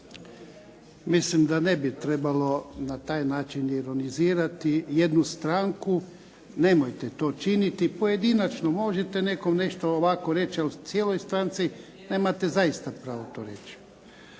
Mislim da ne bi trebalo na taj način ironizirati jednu stranku. Nemojte to činiti. Pojedinačno možete nekom nešto ovako reći, ali cijeloj stranci nemate zaista pravo to reći.